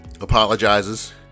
apologizes